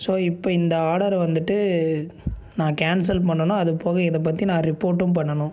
so இப்போ இந்த ஆர்டரை வந்துவிட்டு நான் கேன்சல் பண்ணனும் அது போக இதை பற்றி நான் ரிப்போர்ட்டும் பண்ணனும்